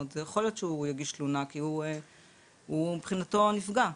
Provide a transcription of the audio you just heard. יכול להיות שהוא יגיש תלונה כי הוא מבחינתו נפגע,